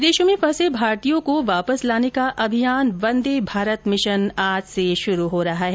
विदेशों में फंसे भारतीयों को वापस लाने का अभियान वन्दे भारत मिशन आज से शुरू हो रहा है